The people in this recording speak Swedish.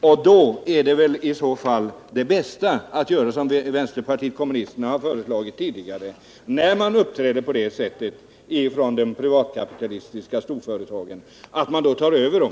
När man från de privatkapitalistiska storföretagens sida uppträder på det sättet, då borde väl det bästa vara att man gör som vänsterpartiet kommunisterna har föreslagit tidigare, nämligen att man tar över dem.